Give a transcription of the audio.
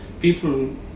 people